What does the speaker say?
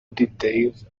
details